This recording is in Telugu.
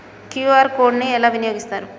క్యూ.ఆర్ కోడ్ ని ఎలా వినియోగిస్తారు?